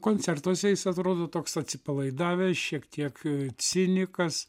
koncertuose jis atrodo toks atsipalaidavęs šiek tiek cinikas